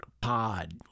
Pod